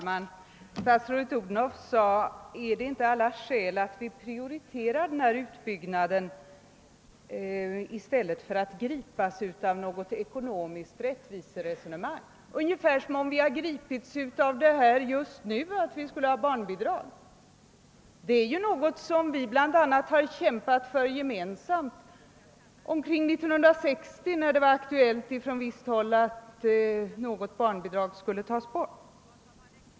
Herr talman! Statsrådet Odhnoff ställde frågan: Är det inte alla skäl att prioritera denna utbyggnad i stället för att gripas av något ekonomiskt rättviseresonemang? Det låter som om vi just nu skulle ha gripits av tanken att vi skulle ha barnbidrag. Det är ju något som vi bl.a. har kämpat för gemensamt omkring 1960, när det var aktuellt ifrån visst håll att något barnbidrag skulle tas bort.